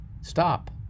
Stop